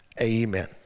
amen